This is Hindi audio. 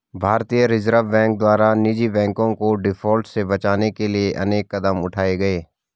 भारतीय रिजर्व बैंक द्वारा निजी बैंकों को डिफॉल्ट से बचाने के लिए अनेक कदम उठाए गए